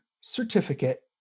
certificate